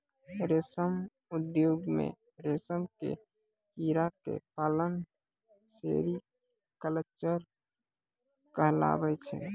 रेशम उद्योग मॅ रेशम के कीड़ा क पालना सेरीकल्चर कहलाबै छै